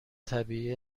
طبیعی